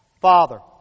Father